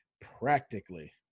Practically